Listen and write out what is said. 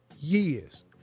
years